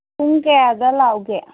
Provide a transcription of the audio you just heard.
ꯄꯨꯡ ꯀꯌꯥꯗ ꯂꯥꯛꯎꯒꯦ